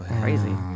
crazy